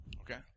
Okay